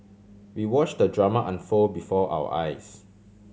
we watch the drama unfold before our eyes